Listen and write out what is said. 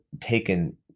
taken